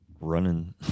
running